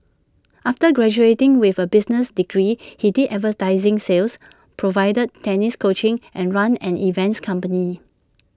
after graduating with A business degree he did advertising sales provided tennis coaching and ran an events company